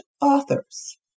authors